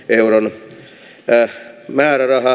totean että määrärahaa